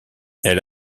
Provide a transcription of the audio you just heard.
elle